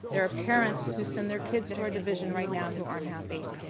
there are parents who send their kids to our division right now who aren't happy,